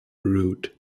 route